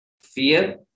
fear